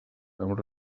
amb